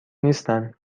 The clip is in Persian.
نیستن